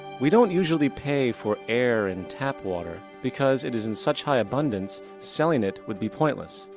we don't usually pay for air and tap water, because it is in such high abundance, selling it would be pointless.